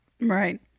right